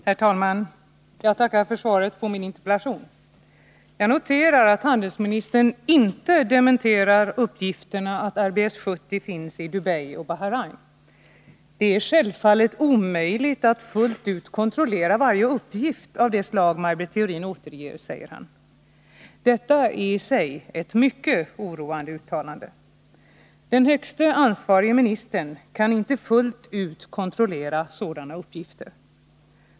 Herr talman! Jag tackar för svaret på min interpellation. Jag noterar att handelsministern inte dementerar uppgifterna att RBS 70 finns i Dubai och Bahrein. ”Det är självfallet omöjligt att fullt ut kontrollera varje uppgift av det slag Maj Britt Theorin återger”, säger han. Det är i sig ett mycket oroande uttalande. Den högste ansvarige ministern kan inte fullt ut kontrollera sådana uppgifter.